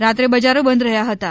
રાત્રે બજારો બંધ રહ્યા હતાં